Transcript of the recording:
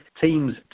teams